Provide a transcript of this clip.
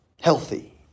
Healthy